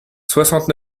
soixante